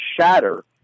shatter